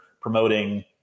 promoting